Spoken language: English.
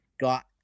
got